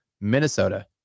Minnesota